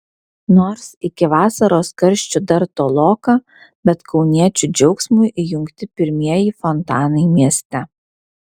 nors iki vasaros karščių dar toloka bet kauniečių džiaugsmui įjungti pirmieji fontanai mieste